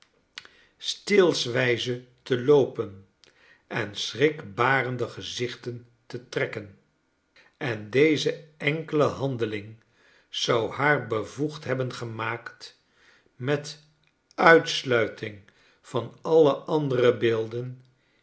steelswijze te loopen en schrikbarende gezichten te trekken en deze enkele handeling zou haar bevoegd hebben gemaakt met uitsluiting van alle andere beelden